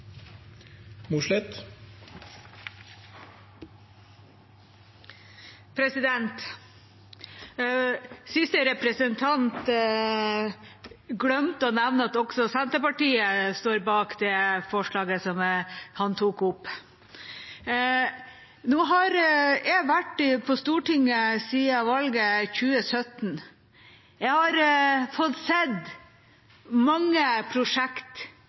Siste representant glemte å nevne at også Senterpartiet står bak det forslaget han tok opp. Nå har jeg vært på Stortinget siden valget i 2017. Jeg har fått se mange